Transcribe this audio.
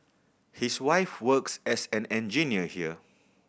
his wife works as an engineer here